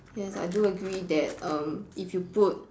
yes I do agree that um if you put